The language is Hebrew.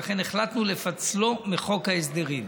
ולכן החלטנו לפצלו מחוק ההסדרים.